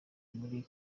muri